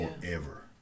Forever